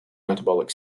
metabolic